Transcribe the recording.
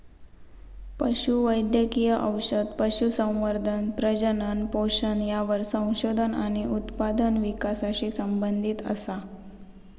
पशु वैद्यकिय औषध, पशुसंवर्धन, प्रजनन, पोषण यावर संशोधन आणि उत्पादन विकासाशी संबंधीत असा